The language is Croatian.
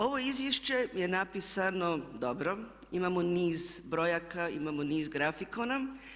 Ovo izvješće je napisano dobro, imamo niz brojaka, imamo niz grafikona.